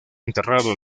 enterrado